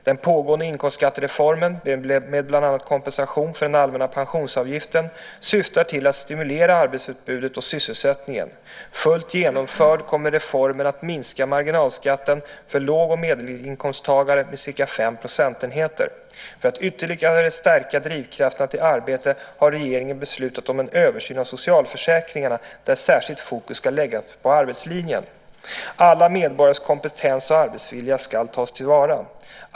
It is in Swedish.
Den pågående inkomstskattereformen, med bland annat kompensation för den allmänna pensionsavgiften, syftar till att stimulera arbetsutbudet och sysselsättningen. Fullt genomförd kommer reformen att minska marginalskatten för låg och medelinkomsttagare med ca 5 procentenheter. För att ytterligare stärka drivkrafterna till arbete har regeringen beslutat om en översyn av socialförsäkringarna, där särskilt fokus ska läggas på arbetslinjen. Alla medborgares kompetens och arbetsvilja ska tas till vara.